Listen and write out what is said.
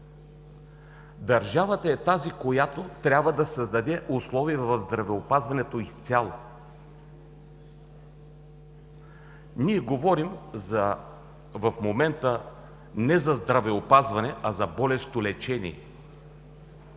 Държавата е тази, която трябва да създаде условия в здравеопазването изцяло. Ние говорим в момента не за здравеопазване, а за болестолечение.